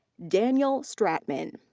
daniel stratman.